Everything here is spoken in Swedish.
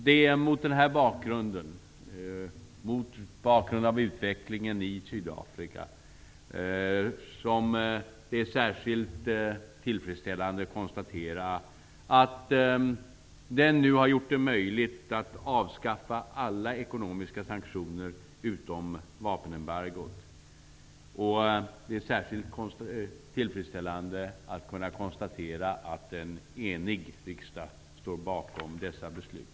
Det är särskilt tillfredsställande att konstatera att utvecklingen i Sydafrika nu gjort det möjligt att avskaffa alla ekonomiska sanktioner utom vapenembargot. Det är särskilt tillfredsställande att kunna konstatera att en enig riksdag står bakom dessa beslut.